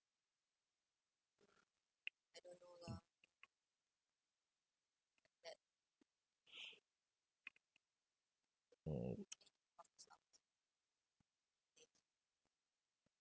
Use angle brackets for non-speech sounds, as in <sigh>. hmm <noise>